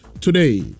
today